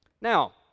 Now